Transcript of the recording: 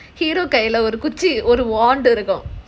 hero கைல குச்சி ஒரு வாண்டு இருக்கும்:kaila kuchi oru vaandu irukum